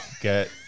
get